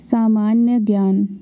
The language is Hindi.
सामान्य ज्ञान